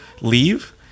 leave